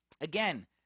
again